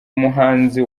umuhanzi